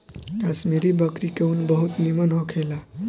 कश्मीरी बकरी के ऊन बहुत निमन होखेला